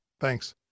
Thanks